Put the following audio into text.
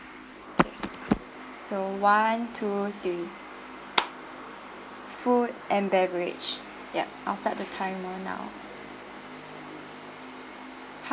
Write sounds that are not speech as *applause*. so one two three *noise* food and beverage ya I'll start the timer now